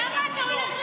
למה אתה הולך,